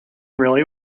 really